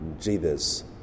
Jesus